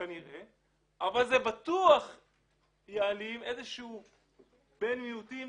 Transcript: אבל זה בטוח יעלים איזה שהוא בן מיעוטים